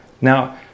Now